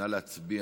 נא להצביע.